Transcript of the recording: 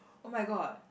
oh-my-god